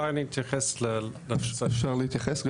אפשר להתייחס?